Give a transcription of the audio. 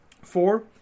Four